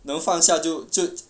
能放下就就